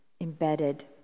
embedded